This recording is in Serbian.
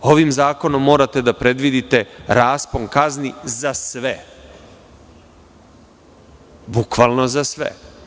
Ovim zakonom morate da predvidite raspon kazni za sve, bukvalno za sve.